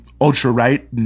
ultra-right